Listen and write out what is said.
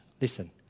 listen